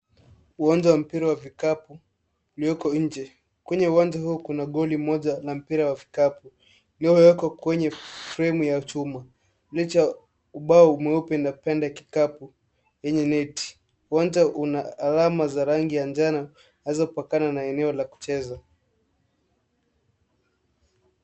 Uwanja wa mpira wa vikapu ulioko njee, kwenye uwanja huo kuna goli moja mpira wa vikapu uliyowekwa kwenye fremu ya chuma licha ubao mweupe na pende kikapu yenye neti. Uwanja una alama za rangi ya njano zinazopakana na eneo la kucheza.